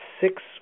six